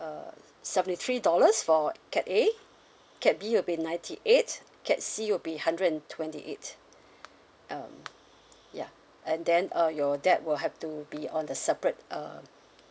uh seventy three dollars for cat A cat B will be ninety eight cat C will be hundred and twenty eight um ya and then uh your date will have to be on a separate um